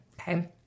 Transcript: Okay